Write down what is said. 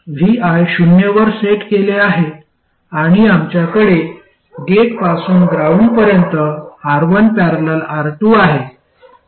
vi शून्यावर set केले आहे आणि आमच्याकडे गेटपासून ग्राउंडपर्यंत R1 ।। R2 आहे